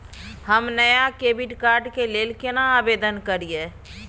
हम नया debit card के लेल केना आवेदन करियै?